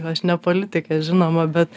aš ne politikė žinoma bet